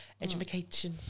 Education